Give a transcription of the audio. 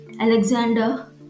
Alexander